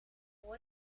voor